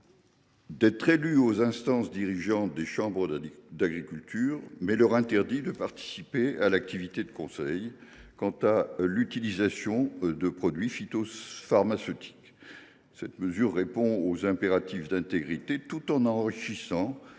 d’être élus aux instances dirigeantes des chambres d’agriculture, mais leur interdit de participer à l’activité de conseil quant à l’utilisation de produits phytopharmaceutiques. Cette mesure répond aux impératifs d’intégrité, tout en enrichissant